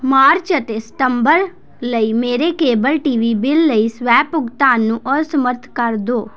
March ਅਤੇ ਸਤੰਬਰ ਲਈ ਮੇਰੇ ਕੇਬਲ ਟੀ ਵੀ ਬਿੱਲ ਲਈ ਸਵੈ ਭੁਗਤਾਨ ਨੂੰ ਅਸਮਰੱਥ ਕਰ ਦਿਉ